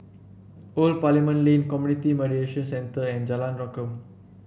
Old Parliament Lane Community Mediation Centre and Jalan Rengkam